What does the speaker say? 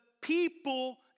people